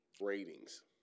ratings